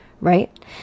right